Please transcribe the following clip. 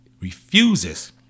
refuses